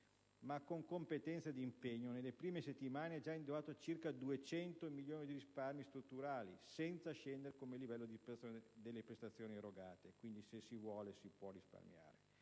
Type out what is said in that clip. ma, con competenza ed impegno, nelle prime settimane, ha già individuato circa 200 milioni di risparmi strutturali, senza far scendere il livello delle prestazioni erogate. Quindi, se si vuole, si può risparmiare.